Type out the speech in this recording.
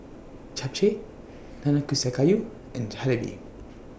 Japchae Nanakusa Gayu and Jalebi